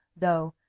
though,